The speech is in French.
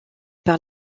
par